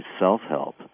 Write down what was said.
self-help